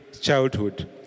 childhood